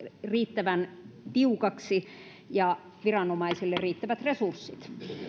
riittävän tiukaksi ja viranomaisille riittävät resurssit